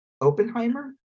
Oppenheimer